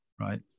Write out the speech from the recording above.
right